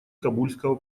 кабульского